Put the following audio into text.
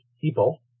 people